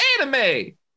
anime